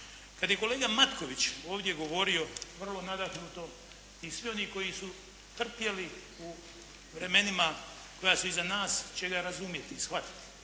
Kada je kolega Matković, ovdje govorio, vrlo nadahnuto i svi oni koji su trpjeli u vremenima koja su iza nas, će ga razumjeti i shvatiti,